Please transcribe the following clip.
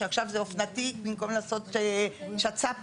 שעכשיו זה אופנתי במקום לעשות שצ"פים.